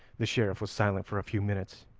the sheriff was silent for a few minutes,